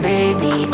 Baby